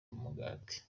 umugati